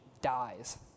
dies